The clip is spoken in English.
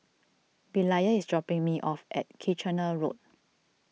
Belia is dropping me off at Kitchener Road